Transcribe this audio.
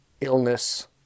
illness